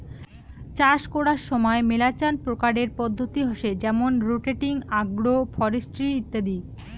চাষ করার সময় মেলাচান প্রকারের পদ্ধতি হসে যেমন রোটেটিং, আগ্রো ফরেস্ট্রি ইত্যাদি